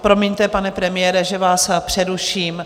Promiňte, pane premiére, že vás přeruším.